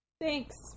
Thanks